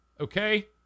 okay